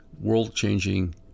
world-changing